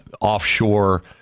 offshore